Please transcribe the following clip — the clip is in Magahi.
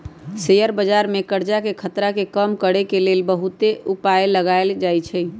शेयर बजार में करजाके खतरा के कम करए के लेल बहुते उपाय लगाएल जाएछइ